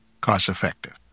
cost-effective